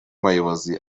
bayobozi